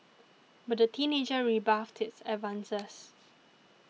but the teenager rebuffed his advances